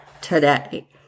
today